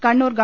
കണ്ണൂർ ഗവ